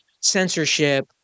censorship